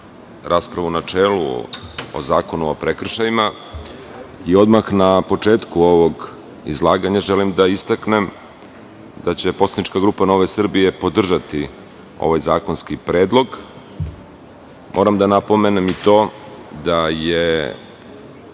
rasprava u načelu o Zakonu o prekršajima, i odmah na početku ovog izlaganja želim da istaknem da će poslanička grupa NS podržati ovaj zakonski predlog. Moram da napomenem i to, da je